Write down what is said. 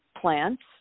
plants